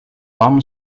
tom